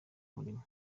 murimo